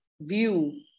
view